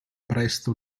presto